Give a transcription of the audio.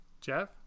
Jeff